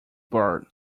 bird